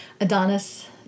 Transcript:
Adonis